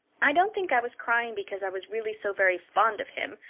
i don't think i was crying because i was really so very fond of him,